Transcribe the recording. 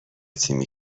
تیمی